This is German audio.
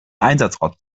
einsatzort